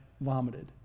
vomited